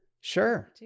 Sure